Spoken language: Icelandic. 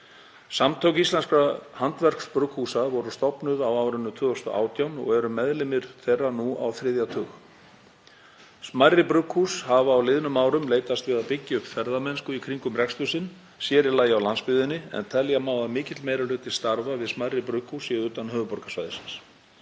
Samtök íslenskra handverksbrugghúsa voru stofnuð á árinu 2018 og eru meðlimir þeirra nú á þriðja tug. Smærri brugghús hafa á liðnum árum leitast við að byggja upp ferðamennsku í kringum rekstur sinn, sér í lagi á landsbyggðinni, en telja má að mikill meiri hluti starfa við smærri brugghús sé utan höfuðborgarsvæðisins.